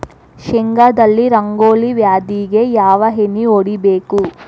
ಶೇಂಗಾದಲ್ಲಿ ರಂಗೋಲಿ ವ್ಯಾಧಿಗೆ ಯಾವ ಎಣ್ಣಿ ಹೊಡಿಬೇಕು?